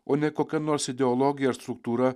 o ne kokia nors ideologija ar struktūra